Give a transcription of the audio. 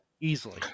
easily